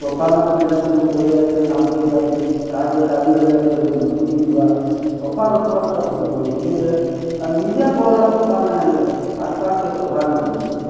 ସଫା ନଥିଲେ ସେନୁ ପଲେଇ ଆଇବେ ସାଁପ୍ କଣ୍ଟିଆ ବି କାହାକେ ଚାବି ଦେଲେ ସେ ଲୋକ୍ ମରିବି ଯିବା ସଫା ରଖ୍ ବା ଟା ବହୁତ୍ ଜରୁରୀ ହେ ଏନ୍ ନିଜେ ପହେଲା ସଫା ନାଇଁ ହେଲେ ଆକ୍ ପାକ୍ କେ ସଫା ନାଇଁ କରିକି